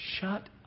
shut